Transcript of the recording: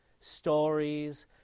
stories